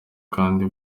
kandi